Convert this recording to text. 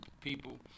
people